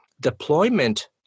deployment